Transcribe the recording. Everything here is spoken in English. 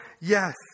yes